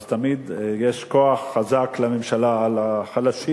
אז תמיד יש כוח חזק לממשלה על החלשים.